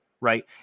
right